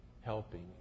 helping